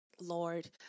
Lord